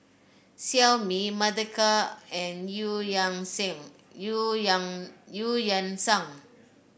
Xiaomi Mothercare and Eu Yan Sim Eu Yan Eu Yan Sang